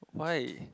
why